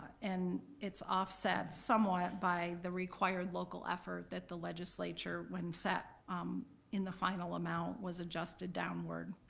and it's offset somewhat by the required local effort that the legislature, when set in the final amount, was adjusted downward.